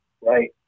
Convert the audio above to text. Right